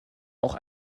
auch